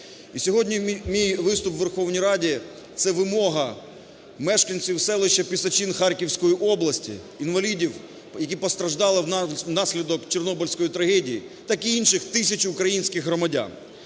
сьогодні мій виступ у Верховній Раді – це вимога мешканців селища Пісочин Харківської області, інвалідів, які постраждали внаслідок Чорнобильської трагедії, так і інших тисячі українських громадян,